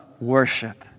worship